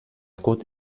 cote